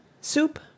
Soup